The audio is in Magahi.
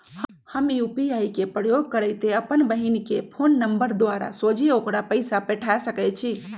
हम यू.पी.आई के प्रयोग करइते अप्पन बहिन के फ़ोन नंबर द्वारा सोझे ओकरा पइसा पेठा सकैछी